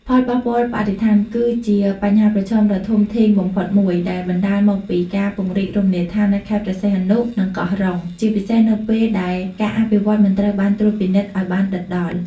ផលប៉ះពាល់បរិស្ថាន គឺជាបញ្ហាប្រឈមដ៏ធ្ងន់ធ្ងរបំផុតមួយ ដែលបណ្ដាលមកពីការពង្រីករមណីយដ្ឋាននៅខេត្តព្រះសីហនុ និងកោះរ៉ុង ជាពិសេសនៅពេលដែលការអភិវឌ្ឍមិនត្រូវបានត្រួតពិនិត្យឲ្យបានដិតដល់។